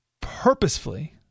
purposefully